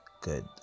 good